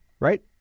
Right